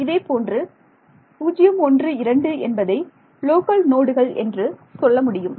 இதேபோன்று 012 என்பதை லோக்கல் நோடுகள் என்று சொல்ல முடியும்